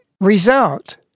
result